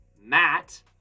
Matt